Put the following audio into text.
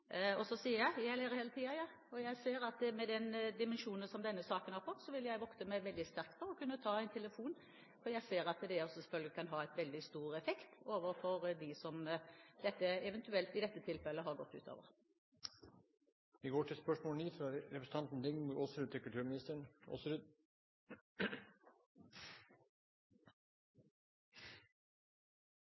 Så sier jeg at jeg lærer hele tiden, og jeg ser at med de dimensjonene som denne saken har fått, vil jeg vokte meg veldig sterkt for å ta en telefon, for jeg ser at det også selvfølgelig kan ha en veldig stor effekt overfor dem som dette eventuelt i dette tilfellet har gått utover. Mitt spørsmål til kulturministeren lyder: «I flere aviser omtales henvendelser både fra Statsministerens kontor og Kulturdepartementet til